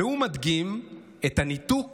והוא מדגים את הניתוק